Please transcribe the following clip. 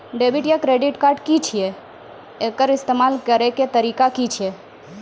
Debit या credit card की छियै? एकर इस्तेमाल करैक तरीका की छियै?